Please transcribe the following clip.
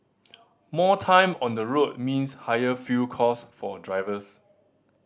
more time on the road means higher fuel cost for drivers